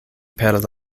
per